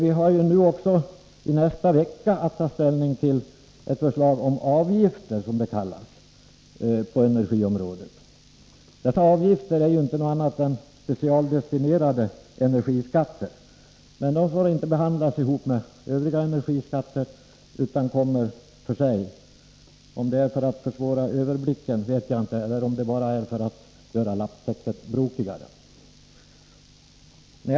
Vi har i nästa vecka att ta ställning till ett förslag om avgifter, som det kallas, på energiområdet. Dessa avgifter är ju inte någonting annat än specialdestinerade energiskatter. Men de får inte behandlas ihop med övriga energiskatter, utan de kommer för sig. Jag vet inte om det är för att försvåra överblicken eller om det är för att göra lapptäcket brokigare.